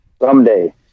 Someday